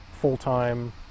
full-time